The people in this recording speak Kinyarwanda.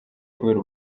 kubera